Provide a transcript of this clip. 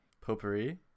potpourri